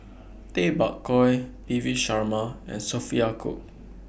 Tay Bak Koi P V Sharma and Sophia Cooke